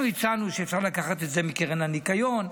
אנחנו אמרנו שאפשר לקחת את זה מקרן הניקיון,